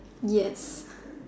yes